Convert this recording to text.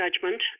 Judgment